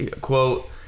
quote